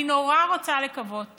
אני נורא רוצה לקוות